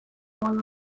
modu